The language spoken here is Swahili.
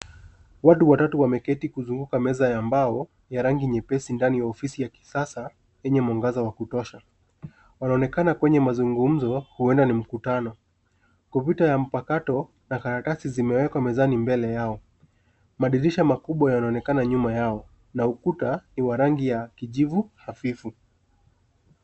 Watu watatu wameketi kuzunguka meza ya mbao ya rangi nyepesi ndani ya ofisi ya kisasa yenye mwangaza wa kutosha. Wanaonekana kwenye mazungumzo huenda ni mkutano. Kompyuta ya mpakato na karatasi zimewekwa mezani mbele yao. Madirisha makubwa yanaonekana nyuma yao na ukuta ni wa rangi ya kijivu hafifu.